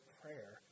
prayer